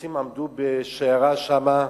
אוטובוסים עמדו בשיירה שם,